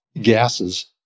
gases